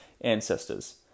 ancestors